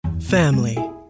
family